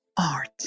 art